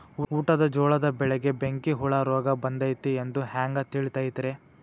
ಊಟದ ಜೋಳದ ಬೆಳೆಗೆ ಬೆಂಕಿ ಹುಳ ರೋಗ ಬಂದೈತಿ ಎಂದು ಹ್ಯಾಂಗ ತಿಳಿತೈತರೇ?